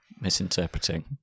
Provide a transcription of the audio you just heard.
misinterpreting